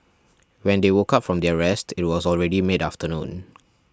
when they woke up from their rest it was already mid afternoon